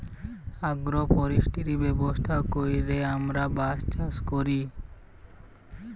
agro forestry ব্যবস্থা ক্যইরে আমরা বাঁশ চাষ ক্যরি